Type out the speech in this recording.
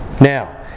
Now